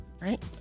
Right